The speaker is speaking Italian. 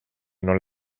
non